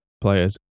players